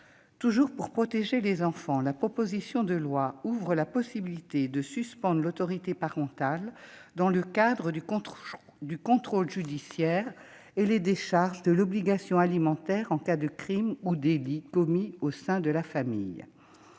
Toujours pour protéger les enfants, la proposition de loi ouvre la possibilité de suspendre l'autorité parentale dans le cadre du contrôle judiciaire et les décharge de l'obligation alimentaire en cas de crimes ou délits commis au sein de la famille.